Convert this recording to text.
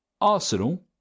Arsenal